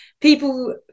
people